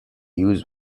used